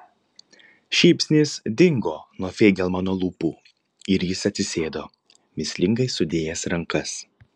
šypsnys dingo nuo feigelmano lūpų ir jis atsisėdo mįslingai sudėjęs rankas